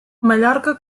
mallorca